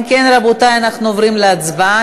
אם כן, רבותי, אנחנו עוברים להצבעה.